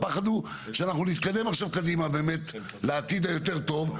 שאנחנו נתקדם עכשיו קדימה לעתיד היותר טוב,